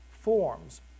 forms